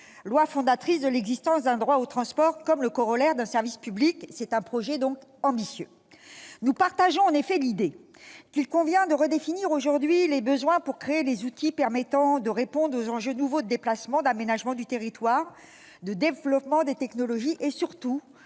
loi fondatrice de l'existence d'un droit au transport comme corollaire d'un service public. C'est un projet ambitieux ! Nous partageons l'idée d'une nécessaire redéfinition des besoins, pour créer les outils permettant de répondre aux enjeux nouveaux de déplacement, d'aménagement du territoire, de développement des technologies et, surtout,